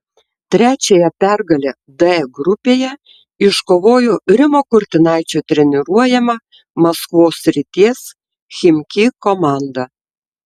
trečiąją pergalę d grupėje iškovojo rimo kurtinaičio treniruojama maskvos srities chimki komanda